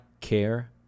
care